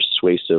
persuasive